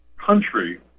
country